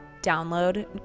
download